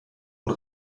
und